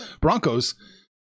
Broncos